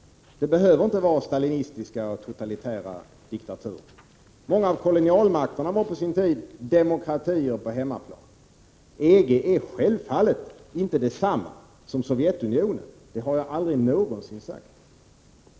Det behöver inte vara stalinistiska och totalitära diktaturer. Många av kolonialmakterna var på sin tid demokratier på hemmaplan. EG är självfallet inte detsamma som Sovjetunionen — det har jag aldrig någonsin sagt.